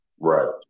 Right